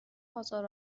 آزار